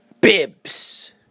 Bibs